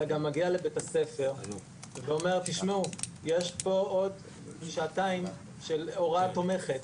אלא גם מגיע לבית-הספר ואומר תשמעו יש פה עוד שעתיים של הוראה תומכת,